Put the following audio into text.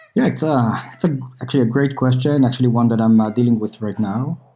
yeah. but it's ah actually a great question. and actually one that i'm ah dealing with right now.